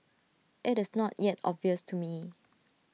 IT is not yet obvious to me